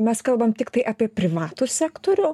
mes kalbam tiktai apie privatų sektorių